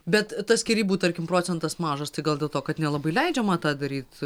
bet tas skyrybų tarkim procentas mažas tai gal dėl to kad nelabai leidžiama tą daryt